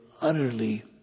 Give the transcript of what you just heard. utterly